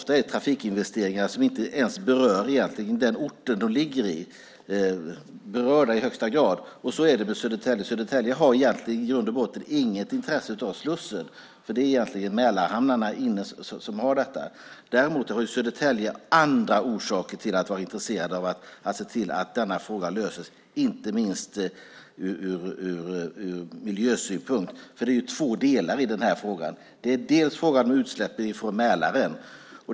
Trafikinvesteringar som egentligen inte berör den ort där de görs berör ändå orten i högsta grad. Så är det med Södertälje. Södertälje har i grund och botten inget intresse av slussen, för det är egentligen Mälarhamnarna som har det. Däremot har Södertälje andra orsaker till att vara intresserad av att se till att denna fråga löses. Det gäller inte minst ur miljösynpunkt. Det är ju två delar i den här frågan. Det är bland annat frågan om utsläppen från Mälaren.